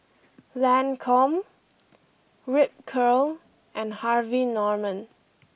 Lancome Ripcurl and Harvey Norman